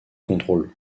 contrôle